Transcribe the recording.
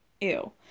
Ew